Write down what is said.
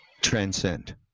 transcend